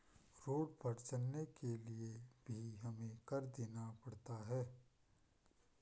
road पर चलने के लिए भी हमें कर देना पड़ता है